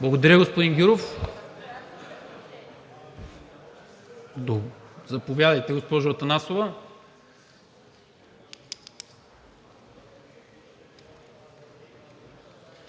Благодаря, господин Гюров. Заповядайте, госпожо Атанасова.